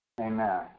Amen